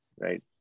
right